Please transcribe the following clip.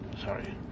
sorry